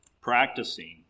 practicing